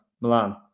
Milan